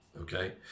okay